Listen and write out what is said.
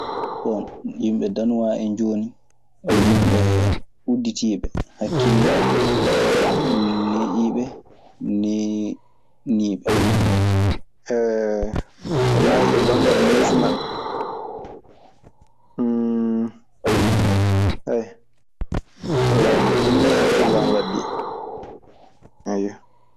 Bon, yimɓe danuaa en jooni, ɓe yimɓe udditiiɓe hakkille, ne'iiɓe nee'eniiɓe. ko naayi e banngal neesu maɓɓe, ayo ɗun ni hakkillo an waddi. Ayyo.